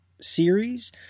series